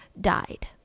died